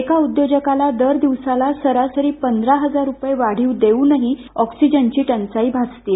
एका उद्योजकाला दर दिवसाला सरासरी पंधरा हजार रुपये वाढीव देऊनही ऑक्सिजनची टंचाई भासतेय